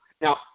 Now